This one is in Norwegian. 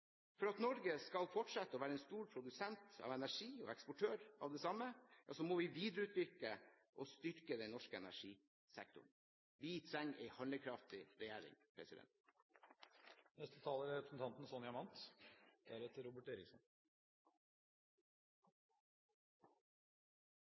For at Norge skal fortsette å være en stor produsent av energi og eksportør av det samme, må vi videreutvikle og styrke den norske energisektoren. Vi trenger en handlekraftig regjering. Opposisjonens elendighetsbeskrivelse av norsk helsevesen preger mediebildet. Enten er